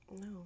No